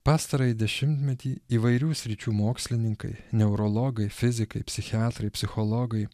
pastarąjį dešimtmetį įvairių sričių mokslininkai neurologai fizikai psichiatrai psichologai